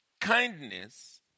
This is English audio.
kindness